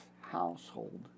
household